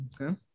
Okay